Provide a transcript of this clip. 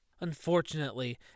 Unfortunately